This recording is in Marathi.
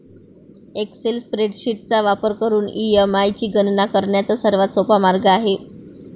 एक्सेल स्प्रेडशीट चा वापर करून ई.एम.आय ची गणना करण्याचा सर्वात सोपा मार्ग आहे